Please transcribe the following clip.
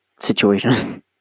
situation